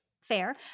fair